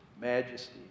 majesty